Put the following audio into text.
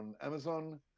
Amazon